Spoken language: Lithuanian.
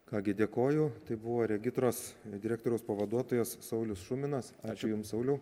ką gi dėkoju tai buvo regitros direktoriaus pavaduotojas saulius šuminas ačiū jums sauliau